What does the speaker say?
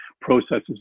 processes